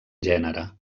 gènere